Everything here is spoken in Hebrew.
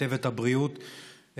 כתבת הבריאות,